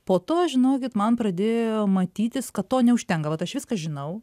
po to žinokit man pradėjo matytis kad to neužtenka vat aš viską žinau